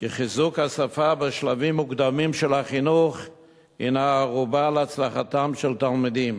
כי חיזוק השפה בשלבים מוקדמים של החינוך הינו ערובה להצלחתם של תלמידים.